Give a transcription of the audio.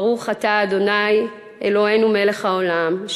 ברוך אתה ה' אלוהינו מלך העולם,